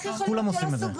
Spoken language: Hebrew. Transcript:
כולם עושים את זה.